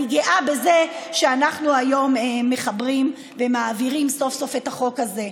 גאה בזה שאנחנו היום מחברים ומעבירים סוף-סוף את החוק הזה.